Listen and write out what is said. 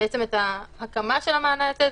שמוביל את ההקמה של המענה הזה.